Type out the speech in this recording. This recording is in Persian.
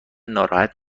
ناراحت